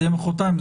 מחרתיים,